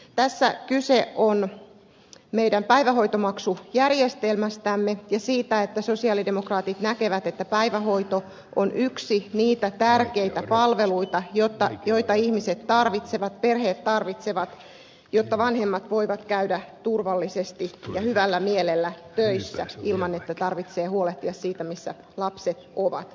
tässä kyse on meidän päivähoitomaksujärjestelmästämme ja siitä että sosialidemokraatit näkevät että päivähoito on yksi niitä tärkeitä palveluita joita ihmiset tarvitsevat perheet tarvitsevat jotta vanhemmat voivat käydä turvallisesti ja hyvällä mielellä töissä ilman että tarvitsee huolehtia siitä missä lapset ovat